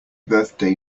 birthday